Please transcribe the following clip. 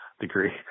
degree